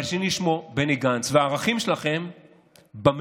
והשני שמו בני גנץ, והערכים שלכם במבואה.